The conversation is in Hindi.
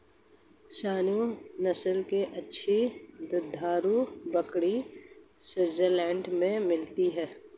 सानेंन नस्ल की अच्छी दुधारू बकरी स्विट्जरलैंड में मिलती है